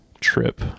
trip